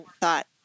thought